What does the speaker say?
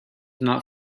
not